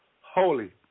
holy